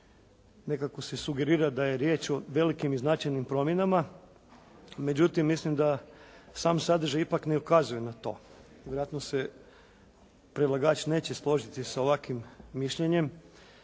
nekako se sugerira da je riječ o velikim i značajnim promjenama. Međutim, mislim da sam sadržaj ipak ne ukazuje na to. Vjerojatno se predlagač neće složiti sa ovakvim mišljenjem,